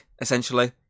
essentially